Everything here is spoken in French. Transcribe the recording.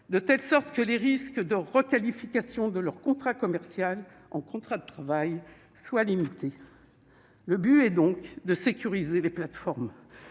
de telle sorte que " les risques de requalification de leur contrat commercial en contrat de travail " soient limités ». Le but est donc de sécuriser les plateformes